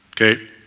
okay